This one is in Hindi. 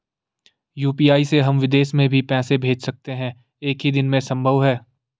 यु.पी.आई से हम विदेश में भी पैसे भेज सकते हैं एक ही दिन में संभव है?